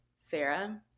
Sarah